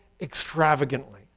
extravagantly